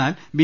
എന്നാൽ ബി